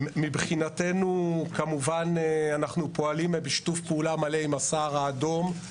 מבחינתנו כמובן אנחנו פועלים בשיתוף פעולה מלא עם הסהר האדום.